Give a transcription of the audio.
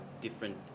different